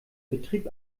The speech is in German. betrieb